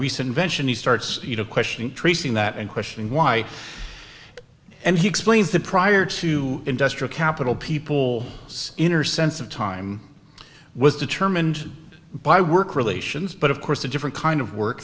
recent vention he starts you know question tracing that and questioning why and he explains the prior to industrial capital people inner sense of time was determined by work relations but of course a different kind of work